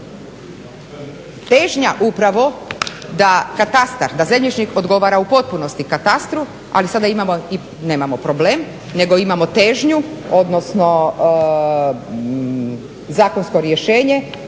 Težnja upravo da katastar, da zemljišni odgovara u potpunosti katastru, ali sada imamo i nemamo problem, nego imamo težnju odnosno zakonsko rješenje